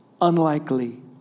unlikely